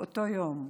באותו יום,